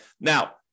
Now